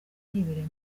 yibereye